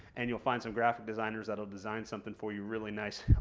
and you'll find some graphic designers that'll design something for you really nice.